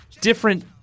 Different